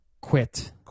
Quit